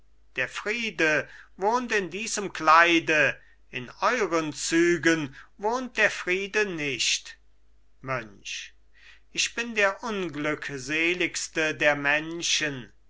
der friede wohnt in diesem kleide in euren zügen wohnt der friede nicht mönch ich bin der unglückseligste der menschen